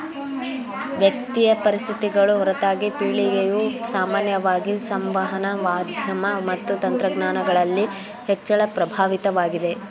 ವ್ಯಕ್ತಿಯ ಪರಿಸ್ಥಿತಿಗಳು ಹೊರತಾಗಿ ಪೀಳಿಗೆಯು ಸಾಮಾನ್ಯವಾಗಿ ಸಂವಹನ ಮಾಧ್ಯಮ ಮತ್ತು ತಂತ್ರಜ್ಞಾನಗಳಲ್ಲಿ ಹೆಚ್ಚಳ ಪ್ರಭಾವಿತವಾಗಿದೆ